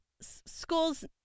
school's